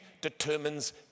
determines